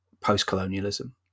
post-colonialism